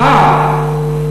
לעלות לתורה.